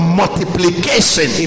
multiplication